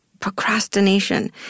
procrastination